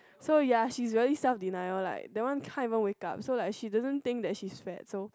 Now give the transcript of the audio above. so ya she is very self denial like that one can't even wake up so like she doesn't think that she is fat so